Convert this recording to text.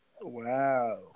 Wow